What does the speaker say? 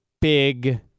big